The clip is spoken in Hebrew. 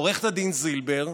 עורכת הדין זילבר,